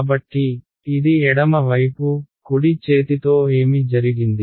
కాబట్టి ఇది ఎడమ వైపు కుడి చేతితో ఏమి జరిగింది